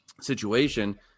Situation